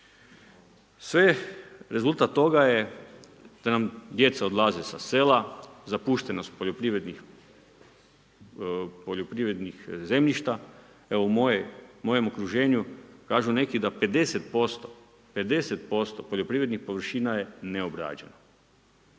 Sve rezultat toga je da nam djeca odlaze sa sela, zapuštenost poljoprivrednih zemljišta. Evo, u mojem okruženju, kažu neki, da 50% poljoprivrednih površina je neobrađeni.